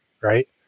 right